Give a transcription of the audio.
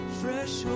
fresh